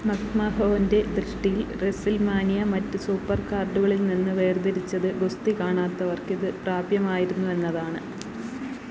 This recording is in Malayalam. മക്മഹോൻ്റെ ദൃഷ്ടിയിൽ റെസിൽമാനിയ മറ്റ് സൂപ്പർകാർഡുകളിൽനിന്ന് വേർതിരിച്ചത് ഗുസ്തി കാണാത്തവർക്ക് ഇത് പ്രാപ്യമായിരുന്നു എന്നതാണ്